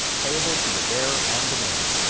payable to the bearer on demand.